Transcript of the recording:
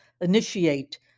initiate